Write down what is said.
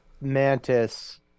mantis